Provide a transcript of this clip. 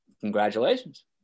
Congratulations